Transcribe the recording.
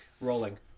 Rolling